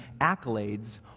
accolades